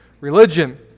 Religion